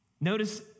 Notice